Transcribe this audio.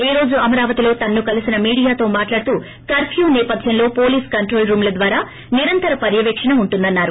ఈ రోజు అమరావతిలో తనను కలిసిన మీడియాతో మాట్లాడుతూ కర్ప్యూ నేపథ్యంలో పోలీస్ కంట్రోల్ రూమ్ల ద్వారా నిరంతర పర్యవేకణ ఉంటుందని అన్సారు